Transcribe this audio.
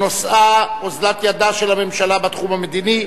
שנושאה: אוזלת ידה של הממשלה בתחום המדיני,